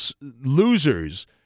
losers